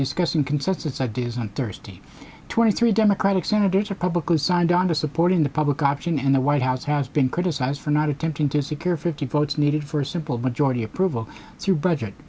discussing consensus ideas on thursday twenty three democratic senators are publicly signed on to supporting the public option and the white house has been criticized for not attempting to secure fifty votes needed for a simple majority approval to budget